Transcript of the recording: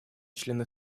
члены